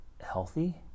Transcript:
healthy